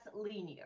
linear